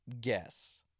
guess